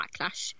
backlash